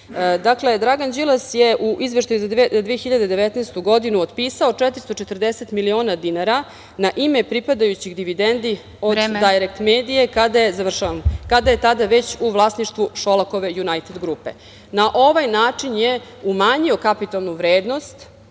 Dakle, Dragan Đilas je u izveštaju za 2019. godinu otpisao 440 miliona dinara na ime pripadajućih dividendi „Dajrekt medije“, kada je tada već u vlasništvu Šolokove „Junajted grupe“. Na ovaj način je umanjio kapitalnu vrednost,